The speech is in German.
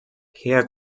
herr